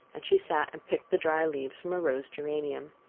and she sat and picked the dry leaves from a rose geranium.